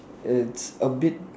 it's a bit